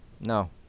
No